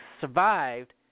survived